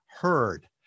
heard